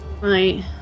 Right